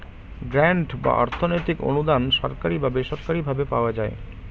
grant বা অর্থনৈতিক অনুদান সরকারি বা বেসরকারি ভাবে পাওয়া যায়